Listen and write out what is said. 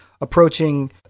approaching